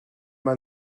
man